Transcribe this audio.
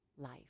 life